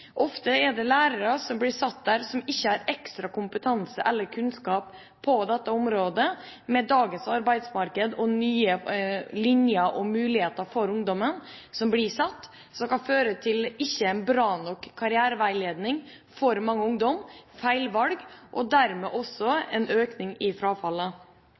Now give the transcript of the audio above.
Ofte kan lærere som ikke har ekstra kompetanse eller kunnskap på dette området, bli satt i denne rollen, og med dagens arbeidsmarked og nye linjer og muligheter for ungdommen kan dette føre til en ikke bra nok karriereveiledning for mange ungdommer, feil valg og dermed også en økning i frafallet.